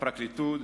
הפרקליטות,